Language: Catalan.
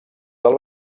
del